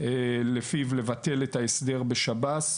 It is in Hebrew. לפיהן יש לבטל את ההסדר בשב"ס.